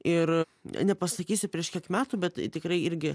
ir nepasakysiu prieš kiek metų bet tikrai irgi